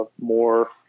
more